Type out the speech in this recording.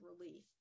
relief